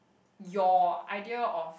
your idea of